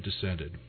descended